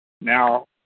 Now